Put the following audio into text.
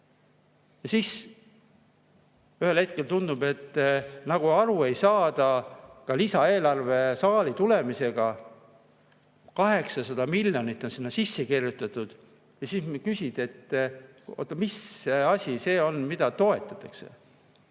kordades. Ühel hetkel tundub, et nagu aru ei saada ka lisaeelarve saali tulemisel. 800 miljonit on sinna sisse kirjutatud, aga sa küsid, mis asi see on, mida toetatakse.